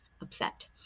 upset